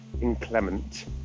inclement